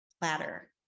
platter